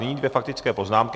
Nyní dvě faktické poznámky.